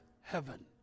heaven